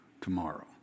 tomorrow